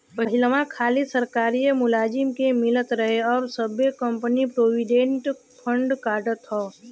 पहिलवा खाली सरकारिए मुलाजिम के मिलत रहे अब सब्बे कंपनी प्रोविडेंट फ़ंड काटत हौ